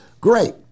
Great